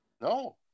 No